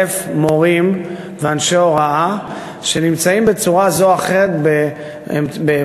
מורים ואנשי הוראה שנמצאים בצורה זו או אחרת במנגנוני